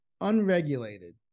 unregulated